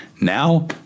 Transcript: now